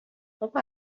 بابا